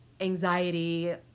anxiety